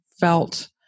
felt